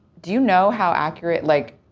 do you know how accurate, like.